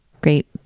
great